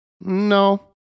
no